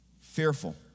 fearful